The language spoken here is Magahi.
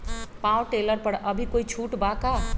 पाव टेलर पर अभी कोई छुट बा का?